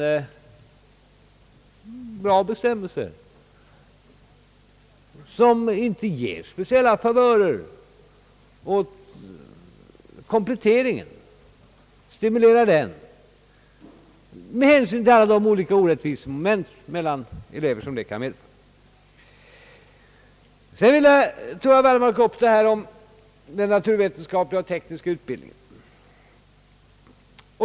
Dessa bestämmelser lämnar inte några speciella favörer åt dem som kompletterar sin utbildning, och de stimulerar inte till en sådan komplettering med hänsyn till alla de olika orättvisor för eleverna som detta kan medföra. Herr Wallmark tog upp frågan om den naturvetenskapliga och tekniska utbildningen.